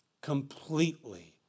completely